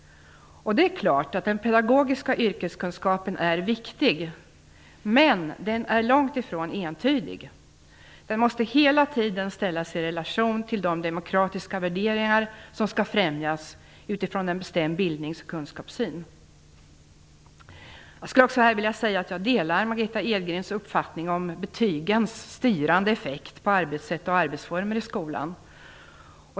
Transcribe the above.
Det är klart att den pedagogiska yrkeskunskapen är viktig, men den är långt ifrån entydig. Den måste hela tiden ställas i relation till de demokratiska värderingar som skall främjas utifrån en bestämd syn på bildning och kunskap. Jag delar Margitta Edgrens uppfattning om betygens styrande effekt på arbetssätt och arbetsformer i skolan.